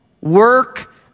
Work